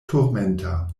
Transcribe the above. turmenta